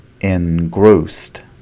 Engrossed